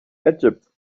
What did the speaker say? egypt